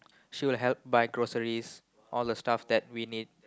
she'll help buy groceries all the stuff that we need